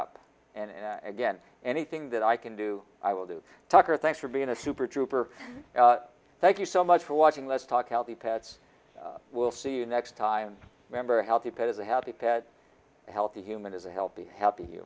up and again anything that i can do i will do tucker thanks for being a super trouper thank you so much for watching let's talk healthy pets we'll see you next time remember a healthy pet is a happy pad healthy human is a healthy happ